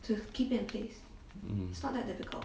mm